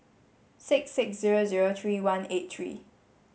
six six zero zero three one eight three